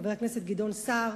חבר הכנסת גדעון סער,